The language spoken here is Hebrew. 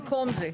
במקום זה.